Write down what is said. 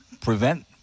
prevent